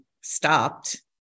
stopped